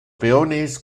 peones